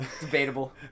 debatable